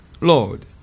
Lord